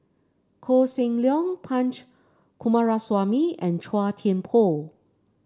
Koh Seng Leong Punch Coomaraswamy and Chua Thian Poh